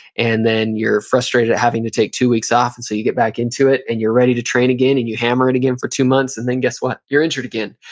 and then you're frustrated at having to take two weeks off, and so you get back into it, and you're ready to train again, and you hammer it again for two months, and then guess what? you're injured again.